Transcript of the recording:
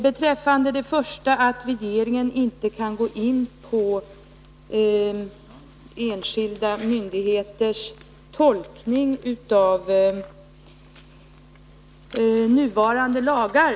Handelsministern säger att regeringen inte kan gå in på enskilda myndigheters tolkning av nuvarande lagar.